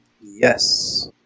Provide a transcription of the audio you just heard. Yes